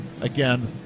again